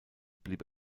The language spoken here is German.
blieb